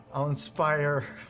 i'll inspire